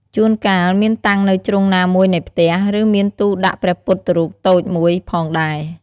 ជួនកាលមានតាំងនៅជ្រុងណាមួយនៃផ្ទះ ឬមានទូដាក់ព្រះពុទ្ធរូបតូចមួយផងដែរ។